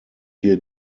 hier